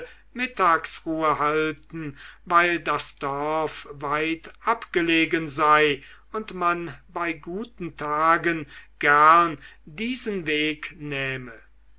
mittagsruhe halten weil das dorf weit abgelegen sei und man bei guten tagen gern diesen weg nähme